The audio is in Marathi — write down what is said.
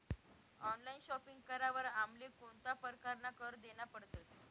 ऑनलाइन शॉपिंग करावर आमले कोणता परकारना कर देना पडतस?